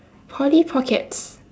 polly pockets